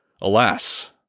Alas